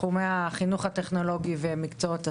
בתחומי החינוך הטכנולוגי ומקצועות ה-STEM,